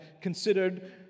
considered